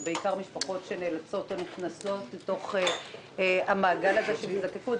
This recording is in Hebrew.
ובעיקר במשפחות שנאלצות להיכנס אל תוך המעגל הזה של היזקקות,